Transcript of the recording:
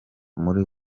muri